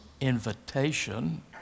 invitation